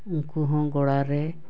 ᱩᱱᱠᱩ ᱦᱚᱸ ᱜᱚᱲᱟ ᱨᱮ